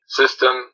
system